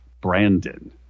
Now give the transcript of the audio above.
Brandon